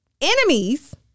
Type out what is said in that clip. enemies